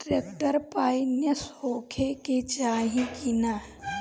Tractor finance होखे के चाही कि ना?